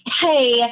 hey